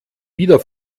wieder